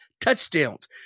touchdowns